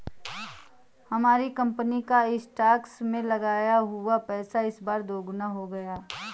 हमारी कंपनी का स्टॉक्स में लगाया हुआ पैसा इस बार दोगुना हो गया